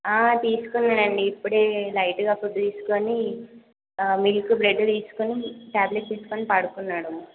తీసుకున్నాడండి ఇప్పుడే లైట్గా ఫుడ్ తీసుకుని మిల్క్ బ్రెడ్ తీసుకుని టాబ్లెట్ వేసుకొని పడుకున్నాడు